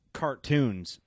cartoons